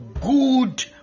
good